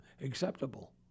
acceptable